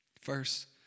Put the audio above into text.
First